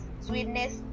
sweetness